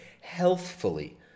healthfully